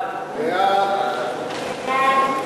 ההצעה להעביר